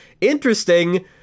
interesting